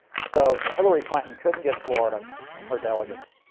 so hillary clinton couldn't get florida and her delegates,